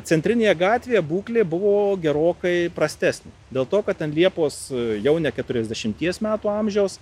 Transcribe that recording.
centrinėje gatvėje būklė buvo gerokai prastesnė dėl to kad ten liepos jau ne keturiasdešimties metų amžiaus